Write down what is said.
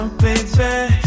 baby